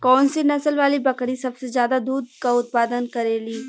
कौन से नसल वाली बकरी सबसे ज्यादा दूध क उतपादन करेली?